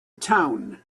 town